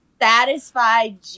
Satisfied